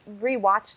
rewatched